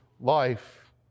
life